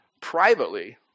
privately